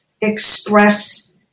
express